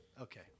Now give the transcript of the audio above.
Okay